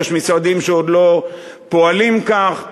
יש משרדים שעוד לא פועלים כך.